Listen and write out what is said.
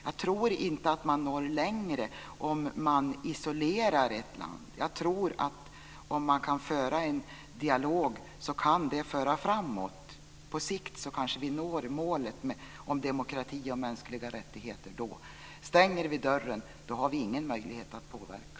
Jag tror inte att man når längre om man isolerar ett land. Om man kan föra en dialog kan nog det föra framåt. På sikt kanske vi når målet om demokrati och mänskliga rättigheter. Stänger vi dörren, då har vi ingen möjlighet att påverka.